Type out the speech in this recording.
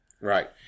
Right